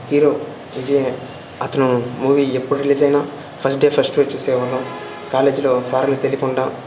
hero Vijay అతను movie ఎప్పుడు release అయినా ఫస్ట్ డే ఫస్ట్ షో చూసేవాళ్ళం కాలేజ్లో సార్లకు తెలీయకుండా